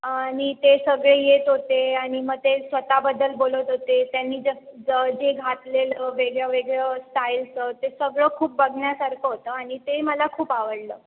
आणि ते सगळे येत होते आणि मग ते स्वत बद्दल बोलत होते त्यांनी ज ज जे घातलेलं वेगळंवेगळं स्टाईल्स ते सगळं खूप बघण्यासारखं होतं आणि ते मला खूप आवडलं